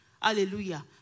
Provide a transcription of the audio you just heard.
Hallelujah